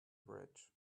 bridge